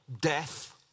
death